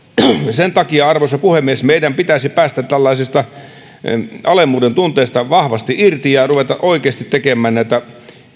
sen takia arvoisa puhemies meidän pitäisi päästä tällaisesta alemmuudentunteesta vahvasti irti ja ruveta oikeasti tekemään näitä